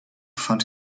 fand